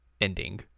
ending